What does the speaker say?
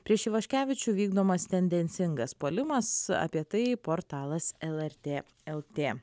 prieš ivaškevičių vykdomas tendencingas puolimas apie tai portalas lrt lt